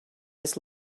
his